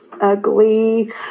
Ugly